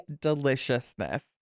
deliciousness